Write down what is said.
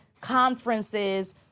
conferences